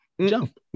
jump